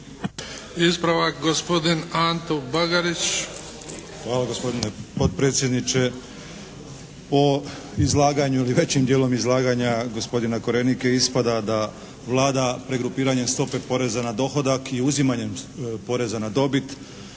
**Bagarić, Anto (HDZ)** Hvala gospodine potpredsjedniče. O izlaganju ili većim djelom izlaganja gospodina Korenika ispada da Vlada pregrupiranjem stope poreza na dohodak i uzimanjem poreza na dobit